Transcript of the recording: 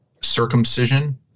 circumcision